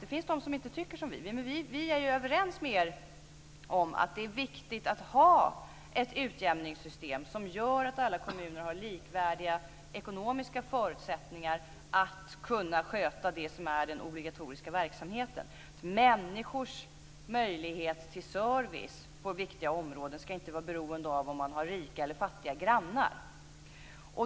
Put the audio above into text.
Det finns de som inte tycker som vi, men vi är ju överens med er om att det är viktigt att ha ett utjämningssystem som gör att alla kommuner har likvärdiga ekonomiska förutsättningar för att kunna sköta det som är den obligatoriska verksamheten. Människors möjlighet till service på viktiga områden ska inte vara beroende av om man har rika eller fattiga grannar.